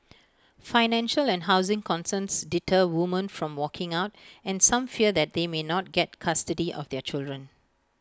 financial and housing concerns deter women from walking out and some fear that they may not get custody of their children